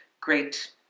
great